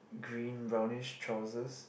green brownish chances